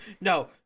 No